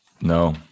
No